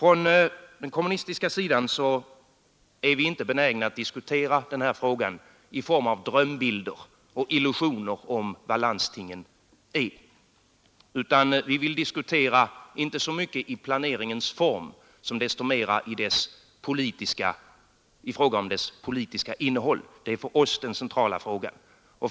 På den kommunistiska sidan är vi inte benägna att diskutera denna fråga i form av drömbilder och illusioner om vad landstingen är. Vi vill i stället diskutera inte så mycket planeringens form som, desto mer, det politiska innehållet. Det är för oss den centrala frågan.